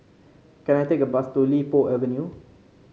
can I take a bus to Li Po Avenue